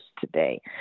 today